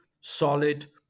solid